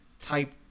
type